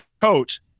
coach